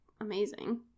amazing